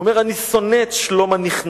הוא אומר: "אני שונא את שלום הנכנעים"